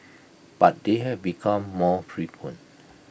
but they have become more frequent